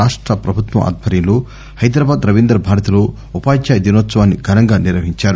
రాష్ట ప్రభుత్వం ఆధ్వర్యంలో హైదరాబాద్ రవీంద్రభారతిలో ఉపాధ్యాయ దినోత్సవాన్ని ఫునంగా నిర్వహించారు